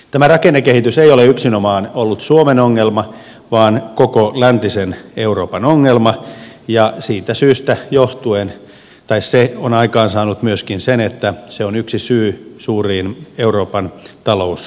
tämä rakennekehitys ei ole yksinomaan ollut suomen ongelma vaan koko läntisen euroopan ongelma ja se on aikaansaanut myöskin sen että se on yksi syy suuriin euroopan talousvaikeuksiin